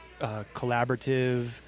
collaborative